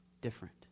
different